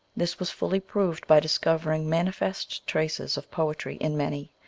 this was fully proved by discovering manifest traces of poetry in many,